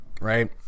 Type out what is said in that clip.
right